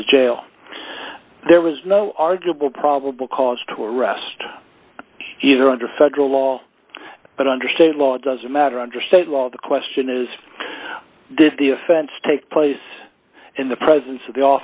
to the jail there was no arguable probable cause to arrest either under federal law but under state law doesn't matter under state law the question is did the offense take place in the presence of the